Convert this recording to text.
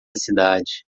cidade